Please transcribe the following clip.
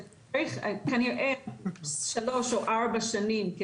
צריך כנראה שלוש או ארבע שנים.